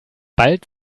bald